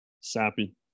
sappy